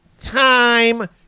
time